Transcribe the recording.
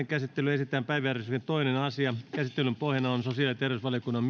käsittelyyn esitellään päiväjärjestyksen toinen asia käsittelyn pohjana on sosiaali ja terveysvaliokunnan